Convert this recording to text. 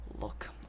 look